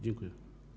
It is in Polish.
Dziękuję.